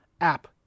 app